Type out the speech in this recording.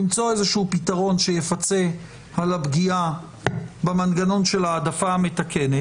למצוא איזשהו פתרון שיפצה על הפגיעה במנגנון של ההעדפה המתקנת.